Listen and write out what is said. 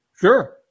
Sure